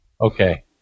Okay